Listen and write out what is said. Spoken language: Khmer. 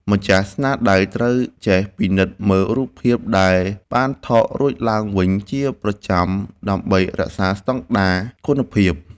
ម្ចាស់ស្នាដៃត្រូវចេះពិនិត្យមើលរូបភាពដែលបានថតរួចឡើងវិញជាប្រចាំដើម្បីរក្សាស្តង់ដារគុណភាព។